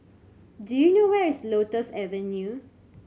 do you know where is Lotus Avenue